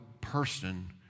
person